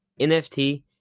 NFT